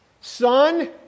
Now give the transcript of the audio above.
Son